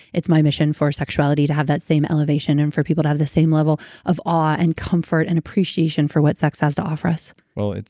it's my mission for sexuality to have that same elevation and for people to have the same level of awe and comfort and appreciation for what sex has to offer us. well,